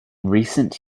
recent